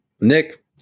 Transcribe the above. Nick